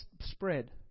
spread